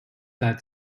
that